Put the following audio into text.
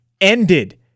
ended